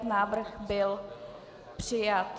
Návrh byl přijat.